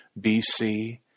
BC